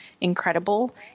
incredible